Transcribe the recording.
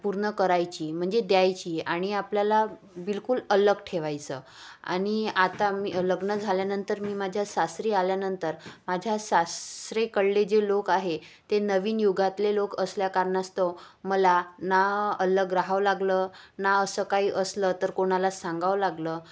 पूर्ण करायची म्हणजे द्यायची आणि आपल्याला बिलकुल अलग ठेवायचं आणि आता मी लग्न झाल्यानंतर मी माझ्या सासरी आल्यानंतर माझ्या सासरकडले जे लोक आहे ते नवीन युगातले लोक असल्या कारणास्तव मला ना अलग रहावं लागलं ना असं काही असलं तर कोणाला सांगावं लागलं